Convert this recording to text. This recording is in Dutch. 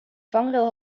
vangrail